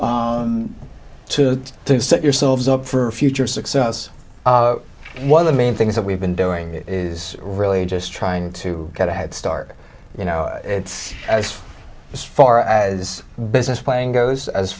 to set yourselves up for future success one of the main things that we've been doing is really just trying to get a head start you know it's as far as business playing goes as